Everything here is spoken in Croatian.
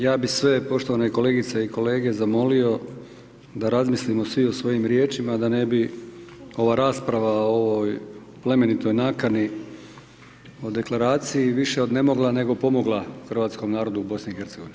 Ja bi sve poštovane kolegice i kolege zamolio da razmislimo svi o svojim riječima, da ne bi ova rasprava o ovoj plemenitoj nakani o deklaraciji više odnemogla nego pomogla Hrvatskom narodu u BIH.